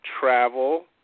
travel